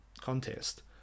contest